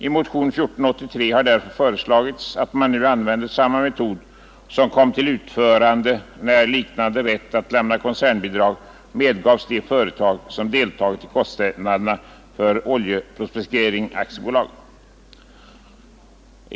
I motionen 1483 har därför föreslagits att man nu använder samma metod som begagnades när liknande rätt att lämna koncernbidrag medgavs de företag som deltagit i kostnaderna för Oljeprospektering AB.